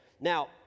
Now